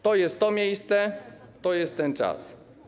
To jest to miejsce, to jest ten czas.